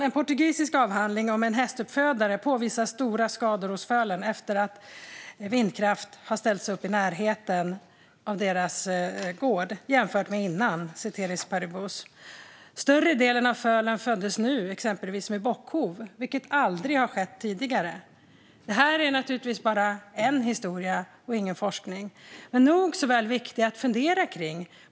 En portugisisk avhandling om en hästuppfödare påvisar stora skador hos fölen efter att vindkraftverk ställts upp i närheten av gården jämfört med innan, ceteris paribus. Större delen av fölen föddes nu exempelvis med bockhov, vilket aldrig skett tidigare. Det här är naturligtvis bara en historia och ingen forskning, men den är nog så viktig att fundera kring.